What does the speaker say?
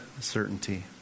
certainty